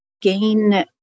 gain